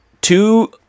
two